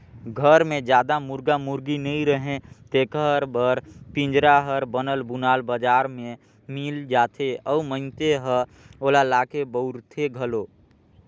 घर मे जादा मुरगा मुरगी नइ रहें तेखर बर पिंजरा हर बनल बुनाल बजार में मिल जाथे अउ मइनसे ह ओला लाके बउरथे घलो